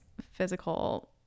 physical